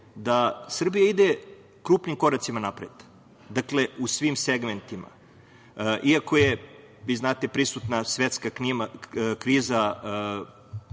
kandidate. Srbija ide krupnim koracima napred, dakle, u svim segmentima iako je, vi znate prisutna svetska kriza